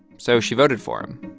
so she voted for him.